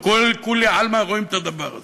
כולי עלמא רואים את הדבר הזה.